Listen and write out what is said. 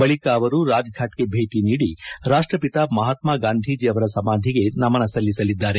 ಬಳಿಕ ಅವರು ರಾಜಘಾಟ್ಗೆ ಭೇಟಿ ನೀದಿ ರಾಷ್ಟ್ವಿತ ಮಹಾತ್ಮ ಗಾಂಧೀಜಿ ಅವರ ಸಮಾಧಿಗೆ ನಮನ ಸಲ್ಲಿಸಲಿದ್ದಾರೆ